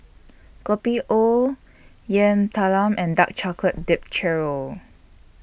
Kopi O Yam Talam and Dark Chocolate Dipped Churro